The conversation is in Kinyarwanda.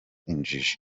injiji